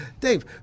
Dave